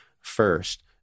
first